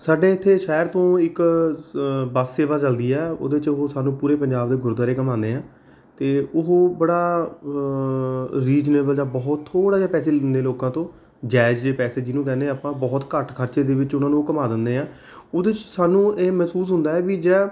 ਸਾਡੇ ਇੱਥੇ ਸ਼ਹਿਰ ਤੋਂ ਇੱਕ ਸ ਬੱਸ ਸੇਵਾ ਚਲਦੀ ਹੈ ਉਹਦੇ ਵਿੱਚ ਉਹ ਸਾਨੂੰ ਪੂਰੇ ਪੰਜਾਬ ਦੇ ਗੁਰਦੁਆਰੇ ਘੁੰਮਾਉਂਦੇ ਆ ਅਤੇ ਉਹ ਬੜਾ ਰੀਜਨੇਬਲ ਜਿਹਾ ਬਹੁਤ ਥੋੜ੍ਹਾ ਜਿਹਾ ਪੈਸੇ ਲੈਂਦੇ ਲੋਕਾਂ ਤੋਂ ਜਾਇਜ਼ ਜਿਹੇ ਪੈਸੇ ਜਿਹਨੂੰ ਕਹਿੰਦੇ ਆਪਾਂ ਬਹੁਤ ਘੱਟ ਖ਼ਰਚੇ ਦੇ ਵਿੱਚ ਉਹਨਾਂ ਨੂੰ ਘੁੰਮਾ ਦਿੰਦੇ ਆ ਉਹਦੇ 'ਚ ਸਾਨੂੰ ਇਹ ਮਹਿਸੂਸ ਹੁੰਦਾ ਆ ਵੀ ਜਿਹੜਾ